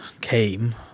came